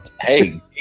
hey